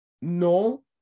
No